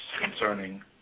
concerning